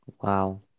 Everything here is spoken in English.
wow